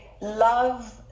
love